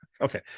Okay